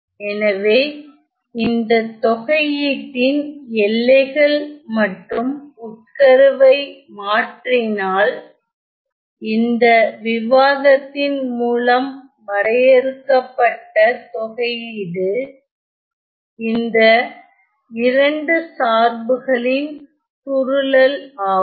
எனவே இந்தத் தொகையீட்டின் எல்லைகள் மற்றும் உட்கருவை மாற்றினால் இந்த விவாதத்தின் மூலம் வரையறுக்கப்பட்ட தொகையீடு இந்த இரண்டு சார்புகளின் சுருளல் ஆகும்